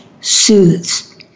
soothes